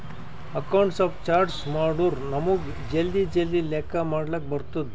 accounts of charts ಮಾಡುರ್ ನಮುಗ್ ಜಲ್ದಿ ಜಲ್ದಿ ಲೆಕ್ಕಾ ಮಾಡ್ಲಕ್ ಬರ್ತುದ್